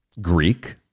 Greek